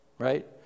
right